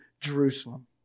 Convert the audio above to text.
Jerusalem